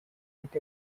with